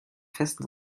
festen